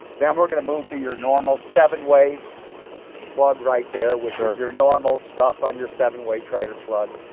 then we're going to move to your normal seven way plug right there, which ah is your normal stuff on your seven way trailer plug,